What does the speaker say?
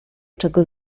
czego